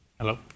Hello